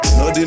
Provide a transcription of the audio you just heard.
no